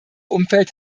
umfeld